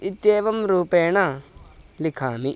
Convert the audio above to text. इत्येवं रूपेण लिखामि